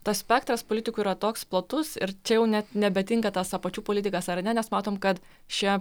tas spektras politikų yra toks platus ir čia jau net nebetinka tas apačių politikas ar ne nes matom kad šia